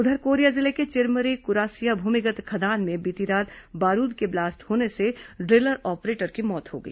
उधर कोरिया जिले के चिरमिरी कुरासिया भूमिगत खदान में बीती रात बारूद के ब्लास्ट होने से ड्रि लर ऑपरेटर की मौत हो गई